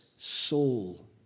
soul